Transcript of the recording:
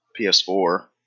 PS4